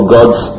God's